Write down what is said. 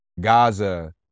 Gaza